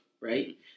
right